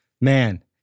man